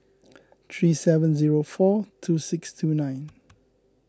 three seven zero four two six two nine